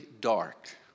dark